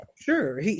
Sure